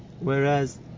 Whereas